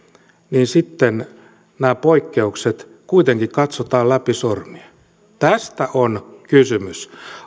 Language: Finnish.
niin sitten nämä poikkeukset kuitenkin katsotaan läpi sormien tästä on kysymys